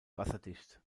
wasserdicht